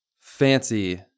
fancy